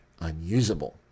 unusable